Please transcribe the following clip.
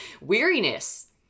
weariness